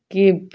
keep